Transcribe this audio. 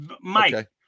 Mike